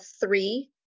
three